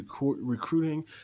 recruiting